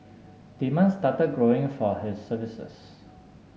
demand started growing for his services